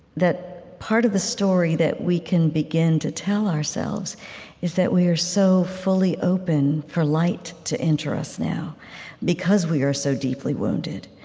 that part of the story that we can begin to tell ourselves is that we are so fully open for light to enter us now because we are so deeply wounded.